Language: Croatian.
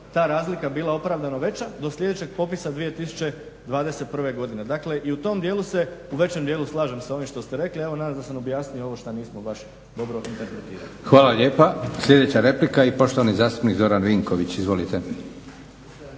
Hvala lijepa. Sljedeća replika i poštovani zastupnik Zoran Vinković. Izvolite.